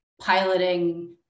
piloting